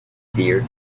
seer